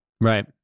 Right